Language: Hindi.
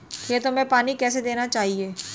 खेतों में पानी कैसे देना चाहिए?